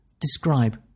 Describe